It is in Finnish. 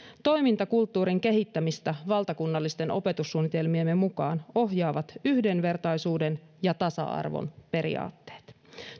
toimintakulttuurin kehittämistä valtakunnallisten opetussuunnitelmiemme mukaan ohjaavat yhdenvertaisuuden ja tasa arvon periaatteet